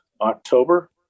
October